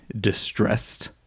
distressed